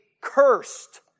cursed